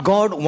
God